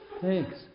Thanks